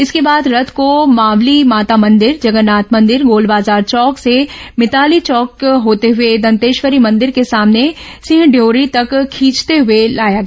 इसके बाद रथ को मावली माता मंदिर जगन्नाथ मंदिर गोलबाजार चौक से भिताली चौक होते हुए दन्तेश्वरी मंदिर के सामने सिंहढ्योढ़ी तक खींचते हुए लाया गया